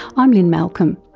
i'm lynne malcolm.